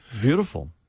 Beautiful